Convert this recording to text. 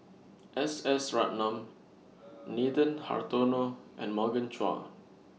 S S Ratnam Nathan Hartono and Morgan Chua